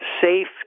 safe